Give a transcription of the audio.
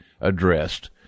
addressed